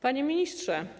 Panie Ministrze!